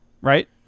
Right